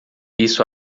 isso